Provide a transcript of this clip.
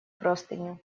простынею